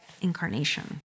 incarnation